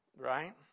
Right